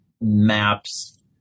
maps